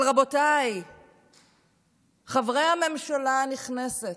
אבל רבותיי חברי הממשלה הנכנסת,